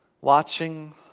watching